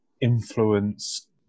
influence